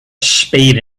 spade